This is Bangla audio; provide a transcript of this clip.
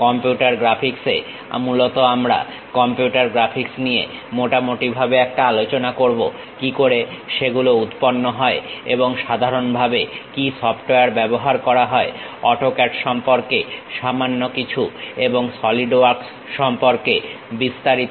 কম্পিউটার গ্রাফিক্সে মূলত আমরা কম্পিউটার গ্রাফিক্স নিয়ে মোটামুটি ভাবে একটা আলোচনা করবো কি করে সেগুলো উৎপন্ন হয় এবং সাধারণভাবে কি সফটওয়্যার ব্যবহার করা হয় অটোক্যাড সম্পর্কে সামান্য কিছু এবং সলিড ওয়ার্কস সম্পর্কে বিস্তারিত